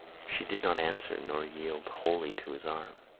she did not answer nor yield wholly to his arm.